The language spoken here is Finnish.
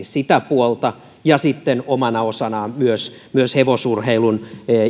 sitä puolta ja sitten omana osanaan myös myös hevosurheilun